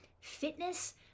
Fitness